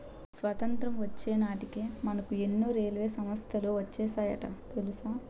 స్వతంత్రం వచ్చే నాటికే మనకు ఎన్నో రైల్వే సంస్థలు వచ్చేసాయట తెలుసా